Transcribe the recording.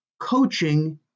Coaching